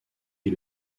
est